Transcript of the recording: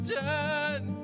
done